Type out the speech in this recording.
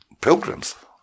pilgrims